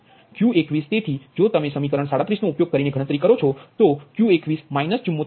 Q21તેથી જો તમે સમીકરણ નો ઉપયોગ કરીને ગણતરી કરો છો તો Q21 74